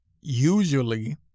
usually